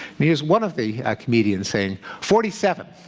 and he hears one of the comedians saying forty seven,